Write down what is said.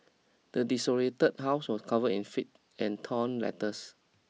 the desolated house was covered in filth and torn letters